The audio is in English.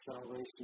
salvation